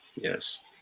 Yes